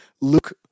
Luke